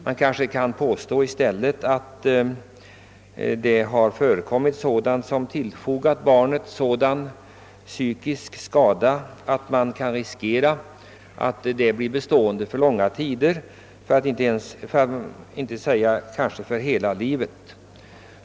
Det har inträffat händelser som tillfogat barnet sådan psykisk skada som kan befaras vara bestående för lång tid, kanske för hela livet.